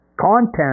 content